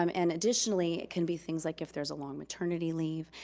um and additionally, it can be things like if there's a long maternity leave,